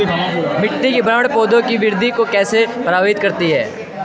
मिट्टी की बनावट पौधों की वृद्धि को कैसे प्रभावित करती है?